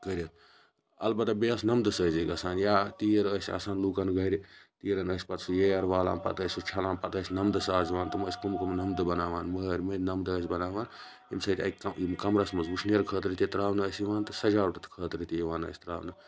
کٔرِتھ اَلبَتہ بیٚیہِ آسہٕ نَمدٕ سٲزی گَژھان یا تیٖر ٲسۍ آسان لُکَن گَرِ تیٖرَن ٲسۍ سُہ پَتہٕ سُہ ییر والان پَتہٕ ٲسۍ سُہ چھَلان پَتہٕ ٲسۍ نَمدٕ ساز یِوان تم ٲسۍ کٕم کٕم نَمدٕ بَناوان مٲر مٔنٛد نَمدٕ ٲسۍ بَناوان یمہِ سۭتۍ اَکہِ یمہِ کَمرَس مَنٛز وٕشنیر خٲطرٕ تہِ تراونہِ آسہِ یِوان تہٕ سَجاوٹہٕ خٲطرٕ تہِ یِوان ٲسۍ تراونہٕ